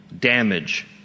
damage